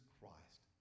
Christ